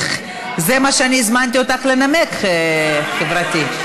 זה מה שהזמנתי אותך לנמק, חברתי.